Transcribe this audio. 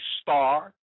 star